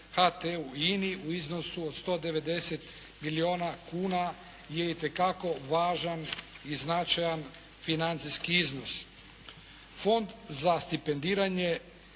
i INI u iznosu od 190 milijuna kuna je itekako važan i značajan financijski iznos. Fond za stipendiranje